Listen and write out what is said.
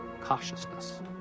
cautiousness